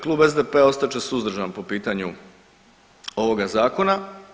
Klub SDP-a ostat će suzdržan po pitanju ovoga zakona.